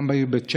גם בעיר בית שמש,